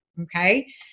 Okay